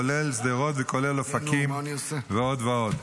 כולל שדרות וכולל אופקים ועוד ועוד.